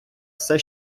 все